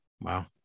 Wow